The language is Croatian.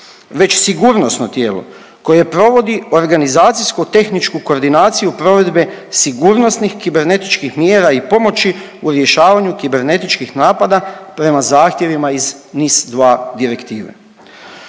već sigurnosno tijelo koje provodi organizacijsko tehničku koordinaciju provedbe sigurnosnih kibernetičkih tijela i pomoći u rješavanju kibernetičkih napada prema zahtjevima iz NIS2 direktive.